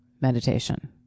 meditation